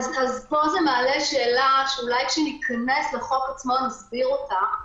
פה זה מעלה שאלה שאולי כשניכנס לחוק עצמו נסביר אותה.